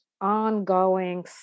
ongoing